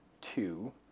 two